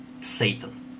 Satan